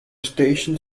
station